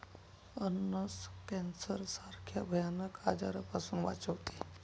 अननस कॅन्सर सारख्या भयानक आजारापासून वाचवते